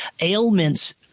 ailments